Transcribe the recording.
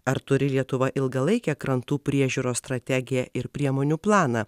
ar turi lietuva ilgalaikę krantų priežiūros strategiją ir priemonių planą